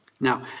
Now